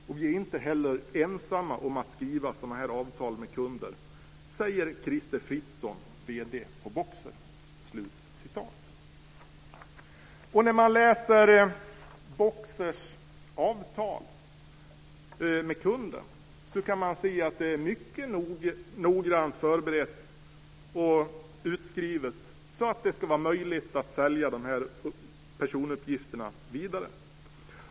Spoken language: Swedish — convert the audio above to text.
Och vi är inte heller ensamma om att skriva sådana här avtal med kunder, säger När man läser Boxers avtal med kunden kan man se att det mycket noggrant är förberett och utskrivet så att det ska möjligt att sälja de här personuppgifterna vidare.